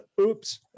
Oops